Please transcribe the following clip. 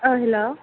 hello